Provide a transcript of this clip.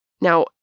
Now